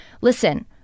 listen